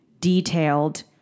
detailed